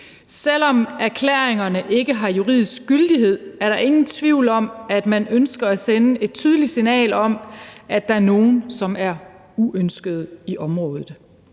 Selv om erklæringerne ikke har juridisk gyldighed, er der ingen tvivl om, at man ønsker at sende et tydeligt signal om, at der er nogle, som er uønskede i området.